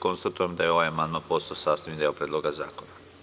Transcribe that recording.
Konstatujem da je ovaj amandman postao sastavni deo Predloga zakona.